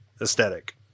aesthetic